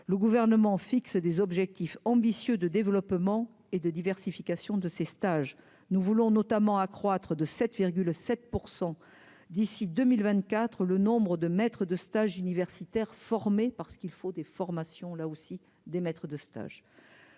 le gouvernement fixe des objectifs ambitieux de développement et de diversification de ses stages, nous voulons notamment accroître de 7 le 7 %% d'ici 2024 le nombre de maître de stage universitaire formé parce qu'il faut des formations là aussi des maîtres de stage